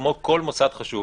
כמו כל מוסד חשוב.